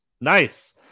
Nice